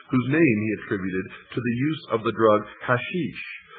whose name he attributed to the use of the drug hashish,